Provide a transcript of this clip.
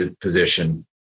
position